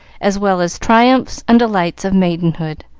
as well as triumphs and delights, of maidenhood.